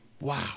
wow